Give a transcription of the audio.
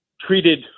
treated